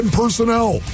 personnel